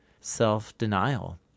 self-denial